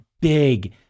big